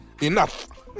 Enough